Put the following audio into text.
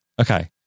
Okay